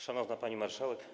Szanowna Pani Marszałek!